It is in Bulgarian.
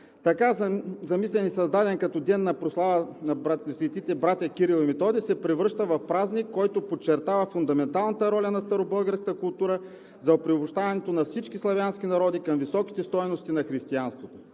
Така замислен и създаден като ден на прослава на светите братя Кирил и Методий се превръща в празник, който подчертава фундаменталната роля на старобългарската култура за приобщаването на всички славянски народи към високите стойности на християнството.